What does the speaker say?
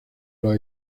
los